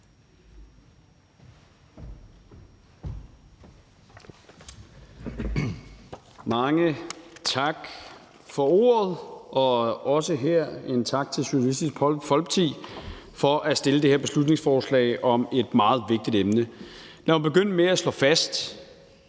Mange tak for ordet, og der skal også her lyde en tak til Socialistisk Folkeparti for at fremsætte det her beslutningsforslag om et meget vigtigt emne. Lad mig begynde med at slå fast